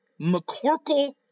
McCorkle